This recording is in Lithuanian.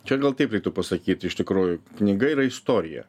čia gal taip reiktų pasakyt iš tikrųjų knyga yra istorija